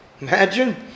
Imagine